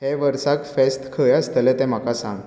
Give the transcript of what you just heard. हे वर्साक फेस्त खंय आसतलें तें म्हाका सांग